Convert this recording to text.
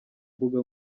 mbuga